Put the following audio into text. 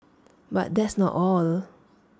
but that's not all